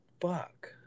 fuck